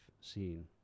seen